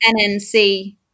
NNC